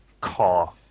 car